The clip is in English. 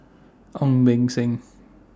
Ong Beng Seng